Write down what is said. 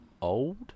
old